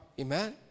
Amen